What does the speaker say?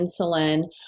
insulin